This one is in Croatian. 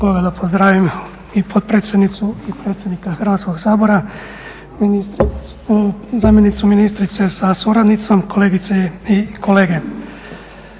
da pozdravim i potpredsjednicu i predsjednika Hrvatskog sabora, zamjenicu ministrice sa suradnicom, kolegice i kolege.